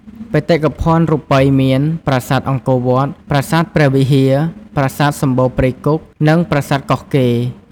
បេតិកភណ្ឌរូបីមាន ប្រាសាទអង្គរវត្ត ប្រាសាទព្រះវិហារ ប្រាសាទសម្បូរព្រៃគុក និងប្រាសាទកោះកេរ្តិ៍។